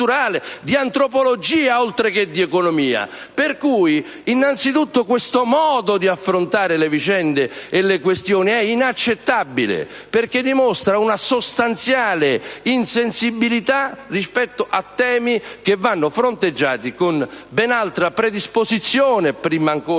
di antropologia, oltre che di economia. Questo modo di affrontare le vicende è inaccettabile perché dimostra una sostanziale insensibilità rispetto a temi che vanno fronteggiati con ben altra predisposizione, prima ancora